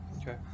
Okay